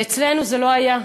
אצלנו זה לא היה,